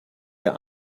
der